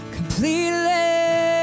Completely